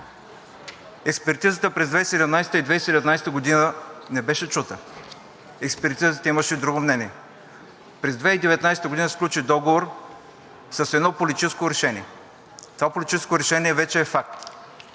Експертизата през 2017-а и 2019 г. не беше чута, експертизата имаше друго мнение. През 2019 г. се сключи договор с едно политическо решение. Това политическо решение вече е факт,